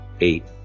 eight